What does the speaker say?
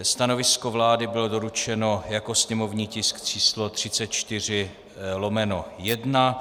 Stanovisko vlády bylo doručeno jako sněmovní tisk číslo 34/1.